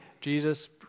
Jesus